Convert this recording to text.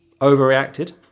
overreacted